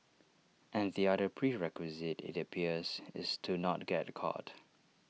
and the other prerequisite IT appears is to not get caught